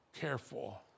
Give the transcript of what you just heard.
careful